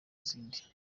izindi